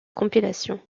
compilation